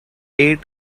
ate